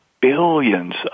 billions